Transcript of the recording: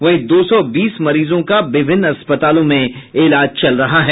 वहीं दो सौ तीस मरीजों का विभिन्न अस्पतालों में इलाज चल रहा है